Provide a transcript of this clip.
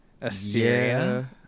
Asteria